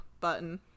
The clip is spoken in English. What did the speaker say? button